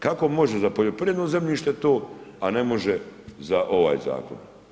Kako možeš za poljoprivredno zemljište to, a ne može za ovaj zakon.